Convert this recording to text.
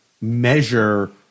measure